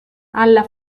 alla